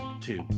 two